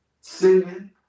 singing